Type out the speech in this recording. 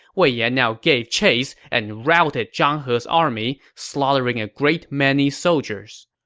wei yan now gave chase and routed zhang he's army, slaughtering a great many soldiers.